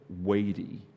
weighty